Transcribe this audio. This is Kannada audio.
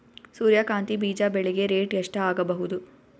ಸೂರ್ಯ ಕಾಂತಿ ಬೀಜ ಬೆಳಿಗೆ ರೇಟ್ ಎಷ್ಟ ಆಗಬಹುದು?